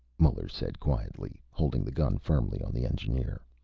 muller said quietly, holding the gun firmly on the engineer.